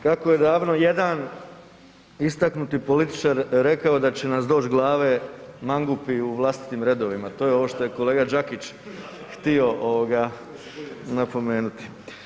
Kako je davno jedan istaknuti političar rekao da će nas doći glave mangupi i vlastitim redovima, to je ovo što je kolega Đakić htio napomenuti.